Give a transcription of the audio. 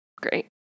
Great